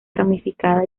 ramificada